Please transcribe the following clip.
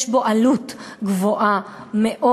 יש בו עלות גבוהה מאוד.